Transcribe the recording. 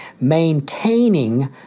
maintaining